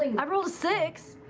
and i rolled a six.